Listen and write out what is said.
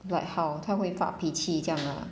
like how 他会发脾气这样 ah